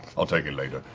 i'll take it later.